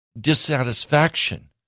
dissatisfaction